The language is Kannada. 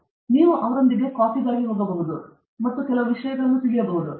ನಿಮ್ಮ ಗುಂಪಿನಲ್ಲಿಲ್ಲ ನೀವು ಅವರೊಂದಿಗೆ ಕಾಫಿಗಾಗಿ ಹೋಗುತ್ತೀರಿ ಮತ್ತು ನೀವು ತಿಳಿಯುವಿರಿ